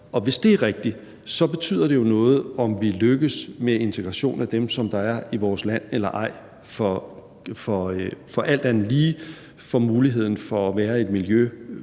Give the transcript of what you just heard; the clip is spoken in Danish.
hvis det er rigtigt, betyder det jo noget, om vi lykkes med integration af dem, som er i vores land, eller ej; for alt andet lige får de muligheden for at være i et miljø